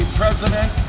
president